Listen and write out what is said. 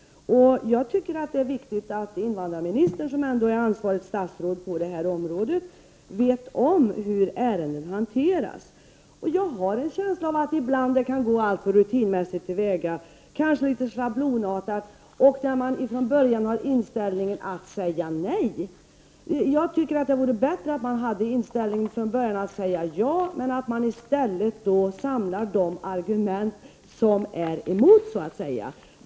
Det är viktigt att invandrarministern, som ändå är ansvarigt statsråd på detta område, vet om hur ärenden hanteras. Jag har en känsla av att man ibland kan gå alltför rutinmässigt tillväga, kanske litet schablonartat, och att man från början har inställningen att säga nej. Det vore bättre om man från början hade inställningen att säga ja, och samlar argument för detta.